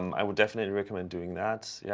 i would definitely recommend doing that. yeah